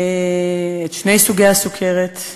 את שני סוגי הסוכרת.